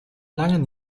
langen